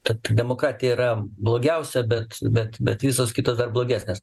kad demokratija yra blogiausia bet bet bet visos kitos blogesnės